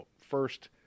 first